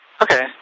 Okay